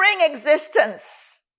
existence